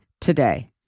today